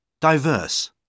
Diverse